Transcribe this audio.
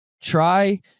Try